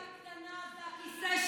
בישיבתנו ביחד,